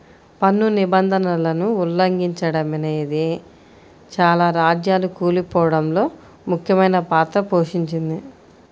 పన్ను నిబంధనలను ఉల్లంఘిచడమనేదే చాలా రాజ్యాలు కూలిపోడంలో ముఖ్యమైన పాత్ర పోషించింది